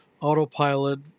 autopilot